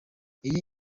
iyi